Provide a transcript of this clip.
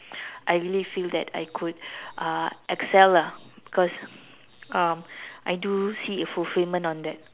I really feel that I could uh Excel lah because um I do see a fulfilment on that